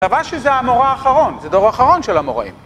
טובה שזה המורא האחרון, זה דור האחרון של המוראים.